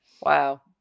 Wow